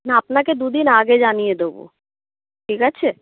না আপনাকে দুদিন আগে জানিয়ে দেবো ঠিক আছে